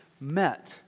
met